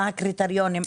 מה הקריטריונים,